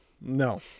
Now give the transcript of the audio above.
no